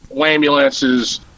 Ambulance's